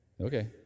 Okay